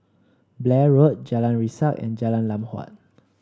Blair Road Jalan Resak and Jalan Lam Huat